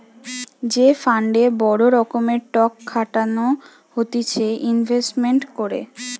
যে ফান্ডে বড় রকমের টক খাটানো হতিছে ইনভেস্টমেন্ট করে